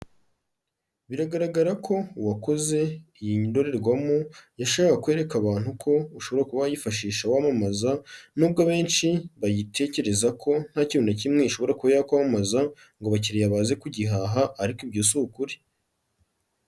Biragaragara ko uwakoze iyi ndorerwamo, yashakaga kwereka abantu ko ushobora kuba wayifashisha wamamaza nubwo abenshi bayitekereza ko ntakintu na kimwe ishobora kuba yakwamamaza ngo abakiriya baze kugihaha ariko ibyo si ukuri.